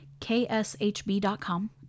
kshb.com